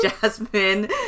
Jasmine